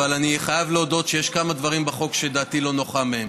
אבל אני חייב להודות שיש כמה דברים בחוק שדעתי לא נוחה מהם.